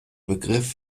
begriff